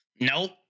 Nope